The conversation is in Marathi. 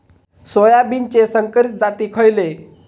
सोयाबीनचे संकरित जाती खयले?